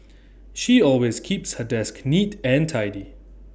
she always keeps her desk neat and tidy